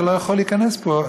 אתה לא יכול להיכנס פה.